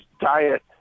diet